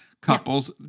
couples